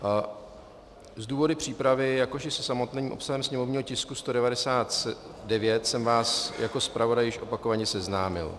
S důvody přípravy, jakož i se samotným obsahem sněmovního tisku 199 jsem vás jako zpravodaj již opakovaně seznámil.